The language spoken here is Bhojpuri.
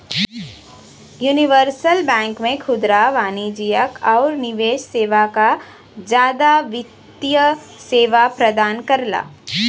यूनिवर्सल बैंक में खुदरा वाणिज्यिक आउर निवेश सेवा क जादा वित्तीय सेवा प्रदान करला